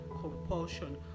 compulsion